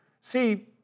See